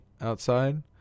Outside